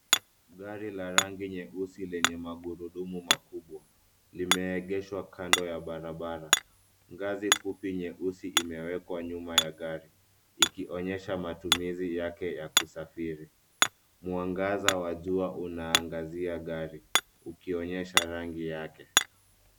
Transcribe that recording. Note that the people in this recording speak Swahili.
Gari la rangi nyeusi lenye magurudumu makubwa limeegeshwa kando ya barabara. Ngazi fupi nyeusi imewekwa nyuma ya gari ikionyesha matumizi yake ya kusafiri. Mwangaza wa jua unaangazia gari, ukionyesha rangi yake.